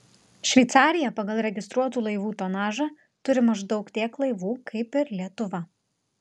šveicarija pagal registruotų laivų tonažą turi maždaug tiek laivų kaip ir lietuva